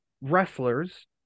wrestlers